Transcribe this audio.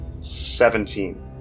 Seventeen